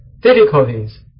difficulties